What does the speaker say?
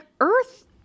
earth